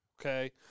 okay